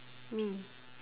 me